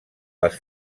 les